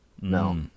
no